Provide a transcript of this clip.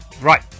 Right